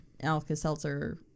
Alka-Seltzer